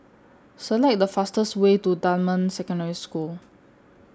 Select The fastest Way to Dunman Secondary School